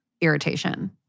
irritation